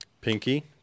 Pinky